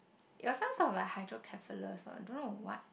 it was some sort of hydrocephalus or I don't know what